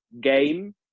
game